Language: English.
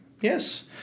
yes